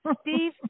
Steve